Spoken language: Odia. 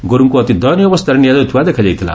ଗୋରୁଙ୍କୁ ଅତି ଦୟନୀୟ ଅବସ୍ଥାରେ ନିଆଯାଉଥିବା ଦେଖାଯାଇଥିଲା